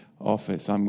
office